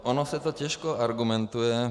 Ono se to těžko argumentuje.